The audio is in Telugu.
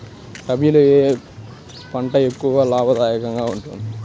రబీలో ఏ పంట ఎక్కువ లాభదాయకంగా ఉంటుంది?